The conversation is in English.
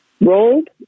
rolled